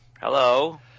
Hello